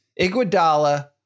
Iguodala